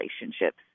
relationships